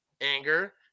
anger